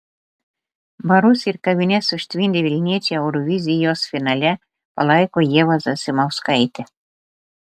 barus ir kavines užtvindę vilniečiai eurovizijos finale palaiko ievą zasimauskaitę